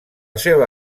seva